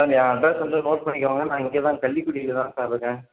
sir என் address வந்து note பண்ணிக்கோங்க நான் இங்கேதான் கள்ளிக்குடியில் தான் சார் இருக்கேன்